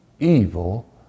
evil